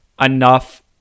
enough